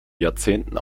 jahrzehnten